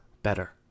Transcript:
better